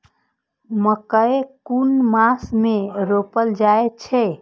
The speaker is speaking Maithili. मकेय कुन मास में रोपल जाय छै?